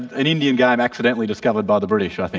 an indian game accidentally discovered by the british, i think.